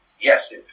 yes